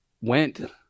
went